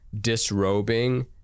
disrobing